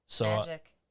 Magic